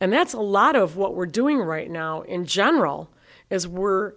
and that's a lot of what we're doing right now in general as we're